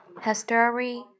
history